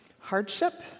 Hardship